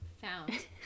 found